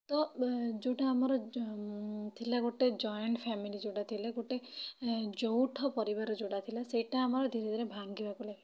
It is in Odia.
ତ ଯୋଉଟା ଆମର ଥିଲା ଗୋଟେ ଜଏଣ୍ଟ୍ ଫ୍ୟାମିଲି ଯୋଉଟା ଥିଲା ଯୋଉଟା ଗୋଟେ ଯୌଥ ପରିବାର ଯୋଉଟା ଥିଲା ସେଇଟା ଆମର ଧୀରେ ଧୀରେ ଭାଙ୍ଗିବାକୁ ଲାଗିଲା